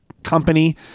Company